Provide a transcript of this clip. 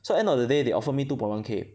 so end of the day they offer me two point one K